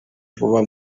vuba